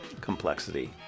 complexity